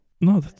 No